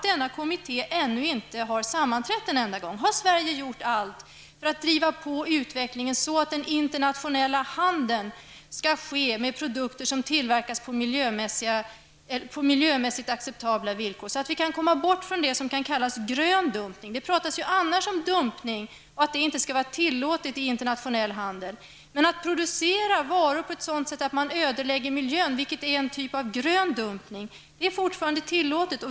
Denna kommitté har ännu inte sammanträtt en enda gång. Har Sverige då gjort allt för att driva på utvecklingen så att den internationella handeln kan ske med produkter som tillverkas på miljömässigt acceptabla villkor, så att vi kan komma bort från det som kallas grön dumpning? Det pratas annars om att dumpning inte skall vara tillåten i internationell handel. Men att producera varor på sådant sätt att man ödelägger miljön, vilket är en typ av grön dumpning, är fortfarande tillåtet.